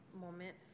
moment